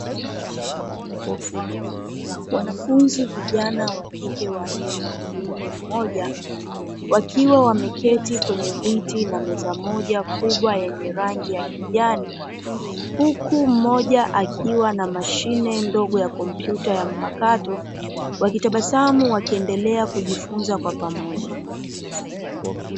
Wanafunzi vijana wa kike wanne na wa kiume mmoja, wakiwa wameketi kwenye viti na meza moja kubwa yenye rangi ya kijani, huku mmoja akiwa na mashine ndogo ya kompyuta ya mpakato, wakitabasamu, wakiendelea kujifunza kwa pamoja.